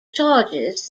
charges